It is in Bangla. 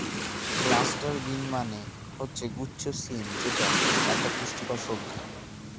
ক্লাস্টার বিন মানে হচ্ছে গুচ্ছ শিম যেটা একটা পুষ্টিকর সবজি